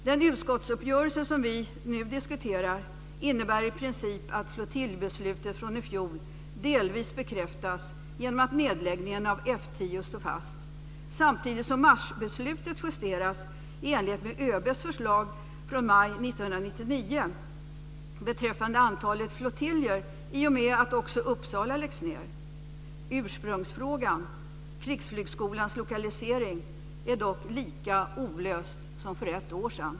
Den utskottsuppgörelse som vi nu diskuterar innebär i princip att flottiljbeslutet från i fjol delvis bekräftas genom att nedläggningen av F 10 står fast, samtidigt som marsbeslutet justeras i enlighet med ÖB:s förslag från maj 1999 beträffande antalet flottiljer i och med att även Uppsala läggs ned. Ursprungsfrågan - Krigsflygskolans lokalisering - är dock lika olöst som för ett år sedan.